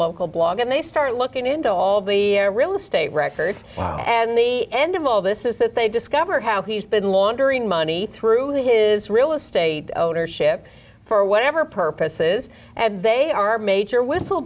local blog and they start looking into all the air real estate records and the end of all this is that they discover how he's been laundering money through his real estate ownership for whatever purposes and they are major whistle